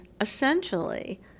essentially